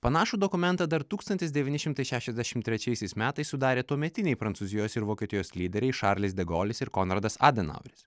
panašų dokumentą dar tūkstantis devyni šimtai šešiasdešim trečiaisiais metais sudarė tuometiniai prancūzijos ir vokietijos lyderiai šarlis de golis ir konradas adenaueris